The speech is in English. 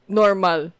normal